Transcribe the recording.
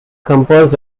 composed